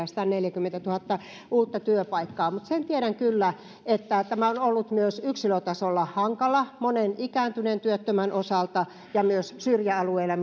sataneljäkymmentätuhatta uutta työpaikkaa mutta sen tiedän kyllä että tämä on ollut myös yksilötasolla hankala monen ikääntyneen työttömän osalta ja myös syrjäalueilla